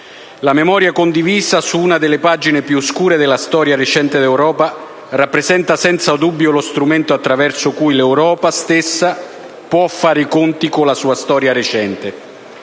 La memoria condivisa su una delle pagine più oscure della storia recente d'Europa rappresenta senza dubbio lo strumento attraverso cui l'Europa stessa può fare i conti con la sua storia recente,